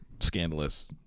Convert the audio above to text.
scandalous